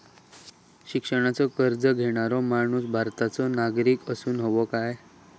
शिक्षणाचो कर्ज घेणारो माणूस भारताचो नागरिक असूक हवो काय?